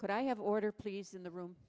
could i have order please in the room